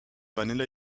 vanilla